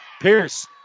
Pierce